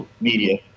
media